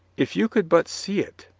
if you could but see it!